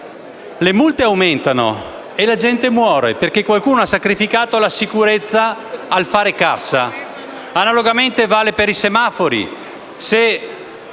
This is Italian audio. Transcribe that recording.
le multe aumentano e la gente muore, perché qualcuno ha sacrificato la sicurezza al fare cassa. Analogo discorso vale per i semafori: